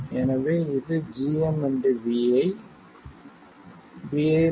எனவே இது gm vi vi ≤ ID0 gm